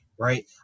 right